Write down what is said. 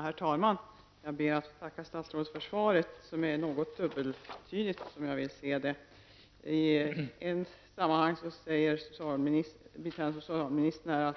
Herr talman! Jag ber att få tacka statsrådet för svaret, som är något dubbeltydigt. I ett sammanhang säger biträdande socialministern